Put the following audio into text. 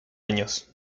años